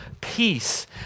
peace